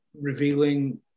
revealing